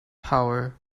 power